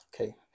okay